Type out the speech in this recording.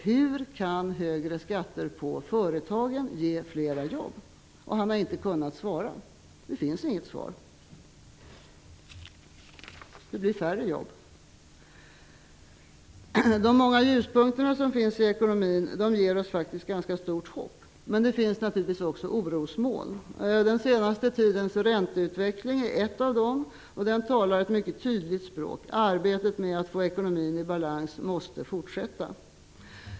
Hur kan högre skatter för företagen ge fler jobb? Han har inte kunnat svara. Det finns inget svar. Det blir färre jobb. De många ljuspunkter som finns i ekonomin ger oss faktiskt ett ganska stort hopp, men det finns naturligtvis också orosmoln. Den senaste tidens ränteutveckling är ett av dem. Den talar ett mycket tydligt språk. Arbetet med att få ekonomin i balans måste fortsätta.